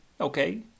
Okay